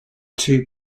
two